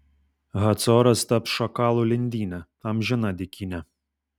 hacoras taps šakalų lindyne amžina dykyne